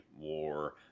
war